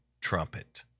trumpet